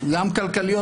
גם כלכליות,